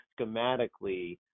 schematically